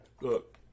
Look